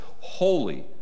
Holy